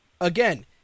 again